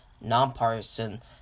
nonpartisan